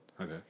Okay